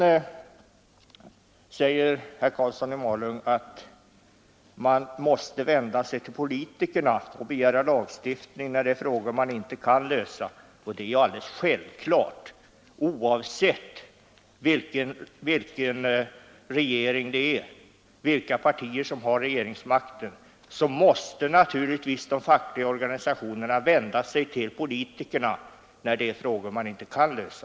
Man måste vända sig till politikerna och begära lagstiftning när det är frågor man inte kan lösa, säger herr Karlsson sedan, och det är ju alldeles självklart. Oavsett vilka partier som har regeringsmakten måste naturligtvis de fackliga organisationerna vända sig till politikerna när det är frågor de inte kan lösa.